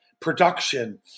production